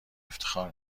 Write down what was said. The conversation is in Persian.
افتخار